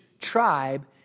tribe